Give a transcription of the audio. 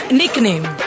nickname